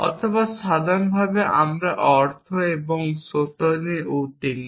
অথবা সাধারণভাবে আমরা অর্থ এবং সত্য নিয়ে উদ্বিগ্ন